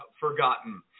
forgotten